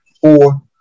four